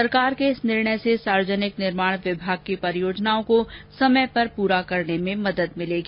सरकार के इस निर्णय से सार्वजनिक निर्माण विभाग की परियोजनाओं को समय पर पूरा करने में मदद मिलेगी